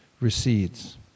recedes